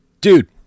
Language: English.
dude